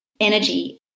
energy